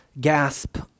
gasp